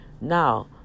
Now